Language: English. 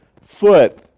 foot